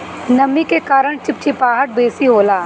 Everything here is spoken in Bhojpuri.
नमी के कारण चिपचिपाहट बेसी होला